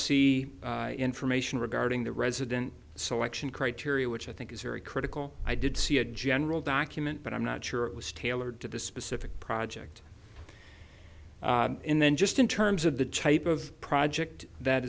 see information regarding the resident selection criteria which i think is very critical i did see a general document but i'm not sure it was tailored to the specific project in then just in terms of the chop of project that